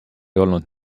olnud